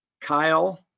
Kyle